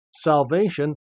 salvation